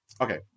okay